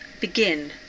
begin